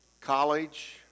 College